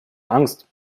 angst